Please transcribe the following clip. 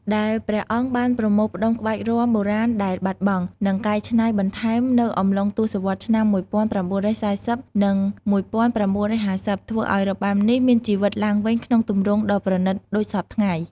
ដែលព្រះអង្គបានប្រមូលផ្ដុំក្បាច់រាំបុរាណដែលបាត់បង់ និងកែច្នៃបន្ថែមនៅអំឡុងទសវត្សរ៍ឆ្នាំ ១៩៤០ និង ១៩៥០ ធ្វើឱ្យរបាំនេះមានជីវិតឡើងវិញក្នុងទម្រង់ដ៏ប្រណីតដូចសព្វថ្ងៃ។